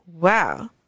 wow